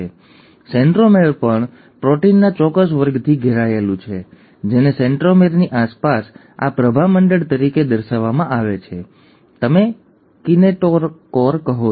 હવે સેન્ટ્રોમેર પણ પ્રોટીનના ચોક્કસ વર્ગથી ઘેરાયેલું છે જેને સેન્ટ્રોમેરની આસપાસ આ પ્રભામંડળ તરીકે દર્શાવવામાં આવે છે જેને તમે કિનેટોકોર કહો છો